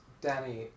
Danny